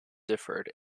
differed